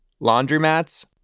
Laundromats